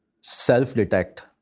self-detect